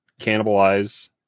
cannibalize